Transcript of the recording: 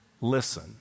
listen